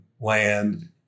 land